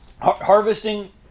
Harvesting